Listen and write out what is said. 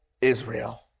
Israel